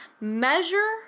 measure